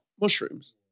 Mushrooms